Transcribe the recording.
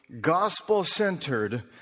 gospel-centered